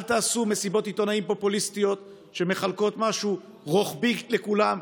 אל תעשו מסיבות עיתונאים פופוליסטיות שמחלקות משהו רוחבי לכולם.